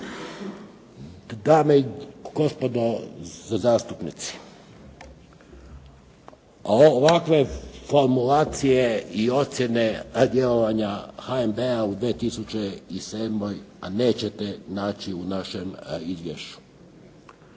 Dame i gospodo zastupnici, ovakve formulacije i ocjene djelovanja HNB-a u 2007. nećete naći u našem izvješću.